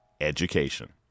education